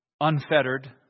unfettered